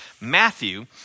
Matthew